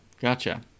Gotcha